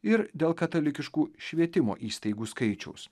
ir dėl katalikiškų švietimo įstaigų skaičiaus